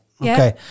Okay